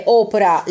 opera